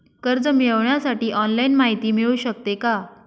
कर्ज मिळविण्यासाठी ऑनलाईन माहिती मिळू शकते का?